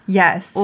Yes